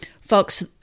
folks